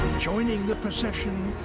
joining the procession,